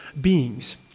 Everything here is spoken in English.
beings